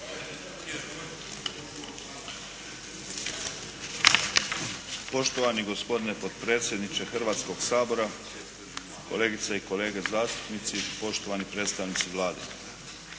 Poštovani gospodine potpredsjedniče Hrvatskoga sabora, kolegice i kolege zastupnici, poštovani predstavnici Vlade.